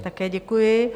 Také děkuji.